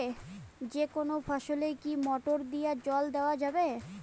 যেকোনো ফসলে কি মোটর দিয়া জল দেওয়া যাবে?